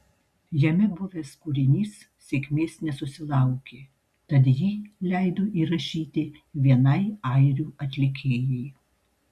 jame buvęs kūrinys sėkmės nesusilaukė tad jį leido įrašyti vienai airių atlikėjai